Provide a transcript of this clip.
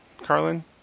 Carlin